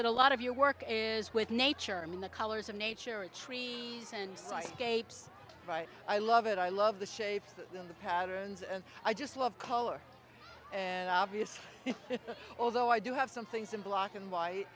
that a lot of your work is with nature mean the colors of nature a tree and gapes right i love it i love the shapes in the patterns and i just love color and obviously although i do have some things in black and white